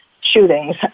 shootings